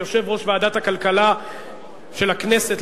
כיושב-ראש ועדת הכלכלה של הכנסת,